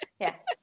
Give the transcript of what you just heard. Yes